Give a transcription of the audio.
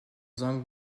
zhang